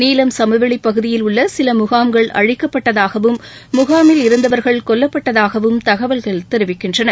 நீலம் சமவெளி பகுதியில் உள்ள சில முகாம்கள் அழிக்கப்பட்டதாகவும் முகாமில் இருந்தவா்கள் கொல்லப்பட்டதாகவும் கூறப்படுகிறது